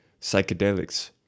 psychedelics